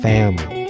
Family